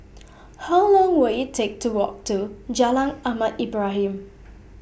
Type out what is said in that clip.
How Long Will IT Take to Walk to Jalan Ahmad Ibrahim